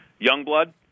Youngblood